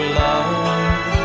love